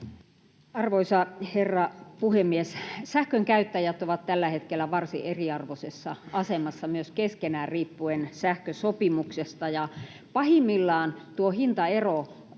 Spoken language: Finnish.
Arvoisa herra puhemies! Sähkönkäyttäjät ovat tällä hetkellä varsin eriarvoisessa asemassa myös keskenään riippuen sähkösopimuksesta, ja pahimmillaan tuo hintaero